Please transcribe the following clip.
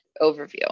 Overview